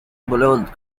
بلوند